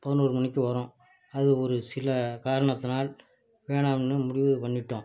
பதினோரு மணிக்கு வரும் அது ஒரு சில காரணத்தினால் வேணாம்னு முடிவு பண்ணிட்டோம்